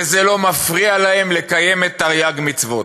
וזה לא מפריע להם לקיים את תרי"ג המצוות.